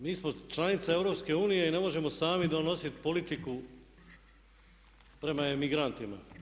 Mi smo članica EU i ne možemo sami donositi politiku prema migrantima.